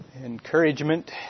encouragement